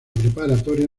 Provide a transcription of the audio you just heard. preparatoria